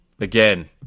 Again